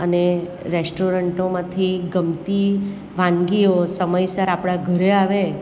અને રેસ્ટોરન્ટોમાંથી ગમતી વાનગીઓ સમયસર આપણા ઘરે આવે